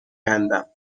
کندم